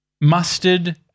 Mustard